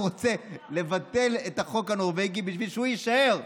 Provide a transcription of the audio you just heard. הוא רוצה לבטל את החוק הנורבגי בשביל שהוא יישאר.